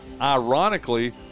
Ironically